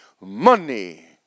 money